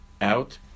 out